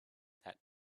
that